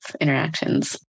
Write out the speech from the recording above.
interactions